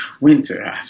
winter